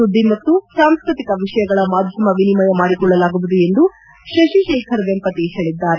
ಸುದ್ದಿ ಮತ್ತು ಸಾಂಸ್ಕತಿಕ ವಿಷಯಗಳ ಮಾಧ್ಯಮ ವಿನಿಮಯ ಮಾಡಿಕೊಳ್ಳಲಾಗುವುದು ಎಂದು ಶಶಿ ಶೇಖರ್ ವೆಂಪತಿ ಹೇಳಿದ್ದಾರೆ